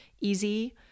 easy